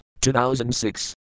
2006